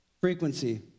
Frequency